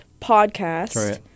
podcast